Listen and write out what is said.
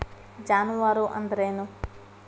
ಜಾನುವಾರು ಅಂದ್ರೇನು?